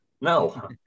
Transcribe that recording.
No